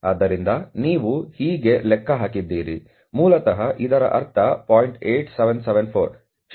ಆದ್ದರಿಂದ ನೀವು ಹೀಗೆ ಲೆಕ್ಕ ಹಾಕಿದ್ದಾರೆ